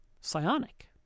psionic